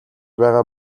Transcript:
байгаа